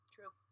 True